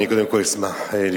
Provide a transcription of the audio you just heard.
אני קודם כול אשמח לתמוך.